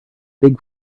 big